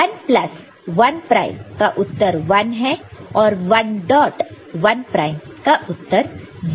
1 plus 1 prime का उत्तर 1 है और 1 डॉट 1 प्राइम का उत्तर 0 है